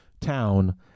town